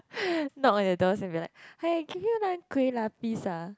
knock on your doors and be like hi can you lend kueh-lapis ah